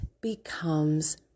becomes